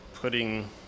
Putting